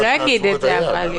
הוא לא יגיד את זה, יואב.